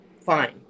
fine